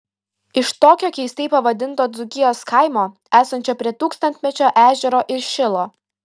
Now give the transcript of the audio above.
iš tokio keistai pavadinto dzūkijos kaimo esančio prie tūkstantmečio ežero ir šilo